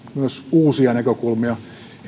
uusia näkökulmia ettei tämä